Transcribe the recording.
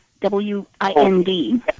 W-I-N-D